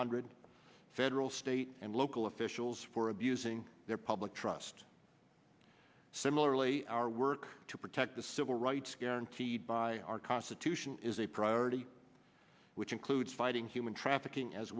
hundred federal state and local officials for abusing their public trust similarly our work to protect the civil rights guaranteed by our constitution is a priority which includes fighting human trafficking as